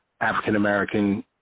African-American